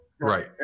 Right